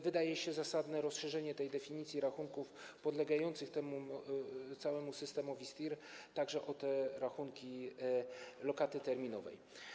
Wydaje się zasadne rozszerzenie definicji rachunków podlegających całemu systemowi STIR także o te rachunki lokaty terminowej.